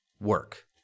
work